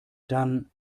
dann